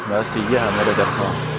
बस इ'यै हा मेरे बस दा